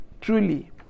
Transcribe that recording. truly